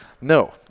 No